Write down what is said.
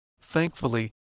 Thankfully